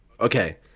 Okay